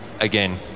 again